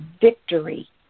victory